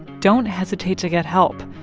don't hesitate to get help.